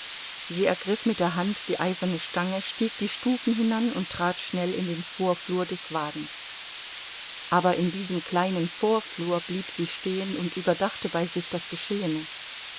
sie ergriff mit der hand die eiserne stange stieg die stufen hinan und trat schnell in den vorflur des wagens aber in diesem kleinen vorflur blieb sie stehen und überdachte bei sich das geschehene